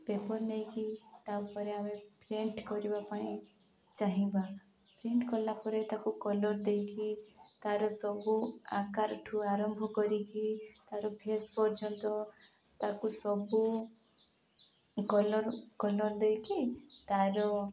paper ନେଇକି ତା'ପରେ ଆମେ ପ୍ରିଣ୍ଟ କରିବା ପାଇଁ ଚାହିଁବା ପ୍ରିଣ୍ଟ କଲା ପରେ ତାକୁ କଲର୍ ଦେଇକି ତା'ର ସବୁ ଆକାର ଠୁ ଆରମ୍ଭ କରିକି ତା'ର ଫେସ୍ ପର୍ଯ୍ୟନ୍ତ ତାକୁ ସବୁ କଲର୍ କଲର୍ ଦେଇକି ତା'ର